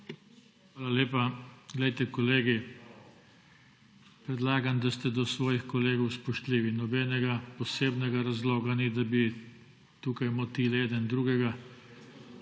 Hvala lepa. Glejte, kolegi, predlagam, da ste do svojih kolegov spoštljivi. Nobenega posebnega razloga ni, da bi tukaj motili eden drugega.